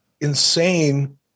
insane